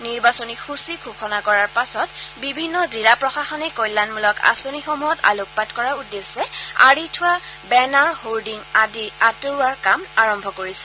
নিৰ্বাচনী সূচী ঘোষণা কৰাৰ পাছত বিভিন্ন জিলা প্ৰশাসনে কল্যাণমূলক আঁচনিসমূহত আলোকপাত কৰাৰ উদ্দেশ্যে আঁৰি থোৱা বেনাৰ হৰ্ডিং আদি আঁতৰোৱাৰ কাম আৰম্ভ কৰিছে